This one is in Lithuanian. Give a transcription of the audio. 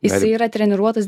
jisai yra treniruotas